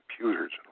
computers